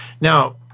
Now